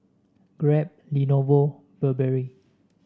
Grab Lenovo Burberry